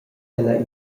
ella